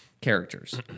characters